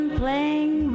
playing